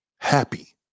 Happy